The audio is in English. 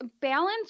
balance